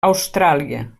austràlia